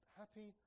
happy